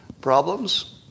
problems